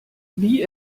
wie